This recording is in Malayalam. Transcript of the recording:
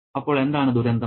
അപ്പോൾ എന്താണ് ദുരന്തം